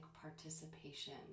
participation